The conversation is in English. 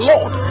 Lord